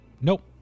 Nope